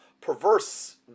perverse